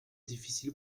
difficile